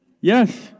Yes